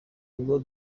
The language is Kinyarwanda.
ngo